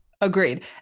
agreed